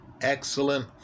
excellent